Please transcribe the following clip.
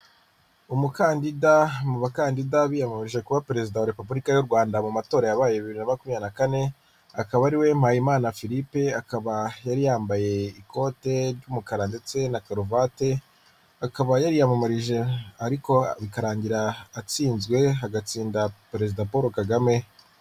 Umukandida mu bakandida biyamamarije kuba perezida wa repubulika y'u Rwanda mu matora yabaye bibiri na makumyabiri na kane, akaba ari we Mpayimana Philippe, akaba yari yambaye ikote ry'umukara ndetse na karuvate, akaba yariyamamaje ariko bikarangira atsinzwe, hagatsinda perezida Paul Kagame.